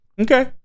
Okay